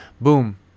Boom